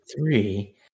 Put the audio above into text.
Three